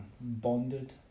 Bonded